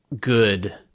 good